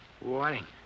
Warning